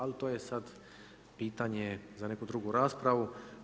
Al to je sad pitanje za neku drugu raspravu.